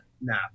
Nah